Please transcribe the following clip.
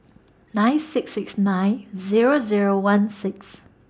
nine six six nine Zero Zero one six